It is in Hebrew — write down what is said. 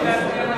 אותך,